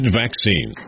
vaccine